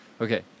Okay